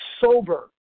sober